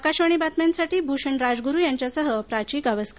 आकाशवाणी बातम्यांसाठी भूषण राजगुरू यांच्यासह प्राची गावस्कर